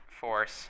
force